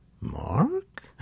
Mark